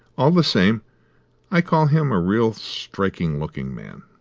all the same i call him a real striking-looking man.